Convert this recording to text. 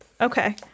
Okay